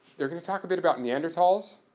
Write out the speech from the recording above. they're going to talk a bit about neanderthals.